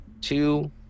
two